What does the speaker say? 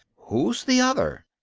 who's the other?